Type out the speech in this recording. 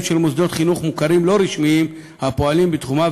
של מוסדות חינוך מוכרים לא רשמיים הפועלים בתחומה,